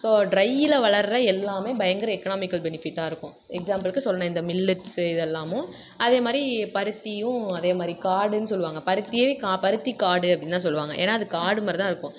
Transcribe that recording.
so ட்ரையில் வளர்கிற எல்லாமே பயங்கர எக்னாமிக்கல் பெனிஃபிட்டாக இருக்கும் எக்ஸாம்பிளுக்கு சொல்லணும் இந்த மில்லட்ஸு இது எல்லாமும் அதே மாதிரி பருத்தியும் அதே மாதிரி காடுன்னு சொல்வாங்க பருத்தியே கா பருத்திக் காடு அப்படின்னு தான் சொல்வாங்க ஏன்னா அது காடு மாதிரி தான் இருக்கும்